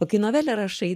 o kai novelę rašai